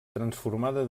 transformada